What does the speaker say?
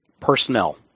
personnel